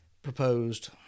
Proposed